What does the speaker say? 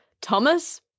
Thomas